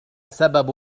سبب